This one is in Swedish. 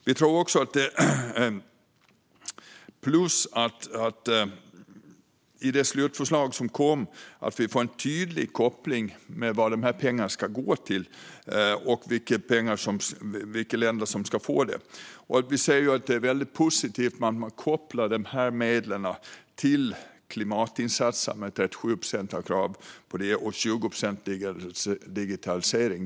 Vi tror också att det är ett plus att det i det slutförslag som kom finns en tydlig koppling gällande vad de här pengarna ska gå till och vilka länder som ska få dem. Vi ser att det är positivt att man kopplar de här medlen till klimatinsatser med krav på att minst 37 procent ska gå till sådana insatser och 20 procent ska gå till digitalisering.